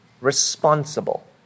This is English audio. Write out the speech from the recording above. responsible